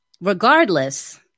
regardless